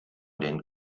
den